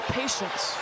patience